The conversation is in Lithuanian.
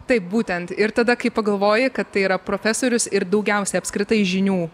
taip būtent ir tada kai pagalvoji kad tai yra profesorius ir daugiausia apskritai žinių